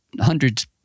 hundreds